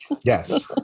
Yes